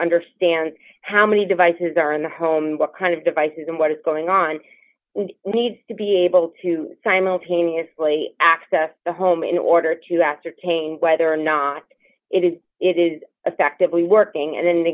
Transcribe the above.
understand how many devices are in the home what kind of devices and what is going on need to be able to simultaneously access the home in order to ascertain whether or not it is it is affectively working and